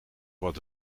wat